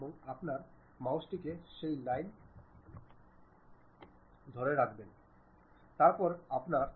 এখন আমি কেবল সামনের ভিউের মতো কিছু দেখতে চাই